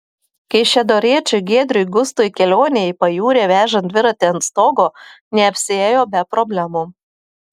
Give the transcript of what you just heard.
kaišiadoriečiui giedriui gustui kelionė į pajūrį vežant dviratį ant stogo neapsiėjo be problemų